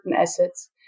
assets